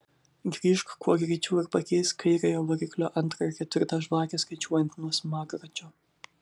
grįžk kuo greičiau ir pakeisk kairiojo variklio antrą ir ketvirtą žvakę skaičiuojant nuo smagračio